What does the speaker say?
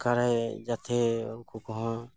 ᱥᱚᱨᱠᱟᱨᱮ ᱡᱟᱛᱮ ᱩᱱᱠᱩ ᱠᱚᱦᱚᱸ